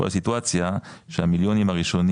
יכולה להיות סיטואציה שהמיליונים הראשונים